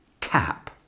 cap